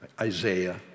Isaiah